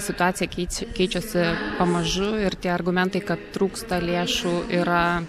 situacija keičia keičiasi pamažu ir tie argumentai kad trūksta lėšų yra